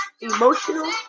emotional